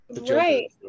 right